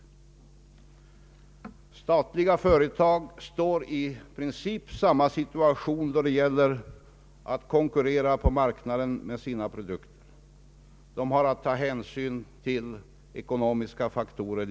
Statliga företag står i princip i samma situation som andra företag då det gäller att konkurrera på marknaden med sina produkter. De har att lika väl som andra ta hänsyn till ekonomiska faktorer.